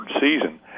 season